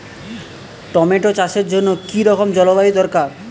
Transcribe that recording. Tomato চাষের জন্য কি রকম জলবায়ু দরকার?